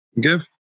give